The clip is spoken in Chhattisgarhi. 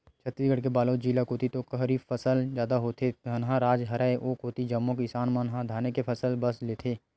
छत्तीसगढ़ के बलोद जिला कोती तो खरीफ फसल जादा होथे, धनहा राज हरय ओ कोती जम्मो किसान मन ह धाने के फसल बस लेथे